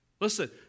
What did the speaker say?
Listen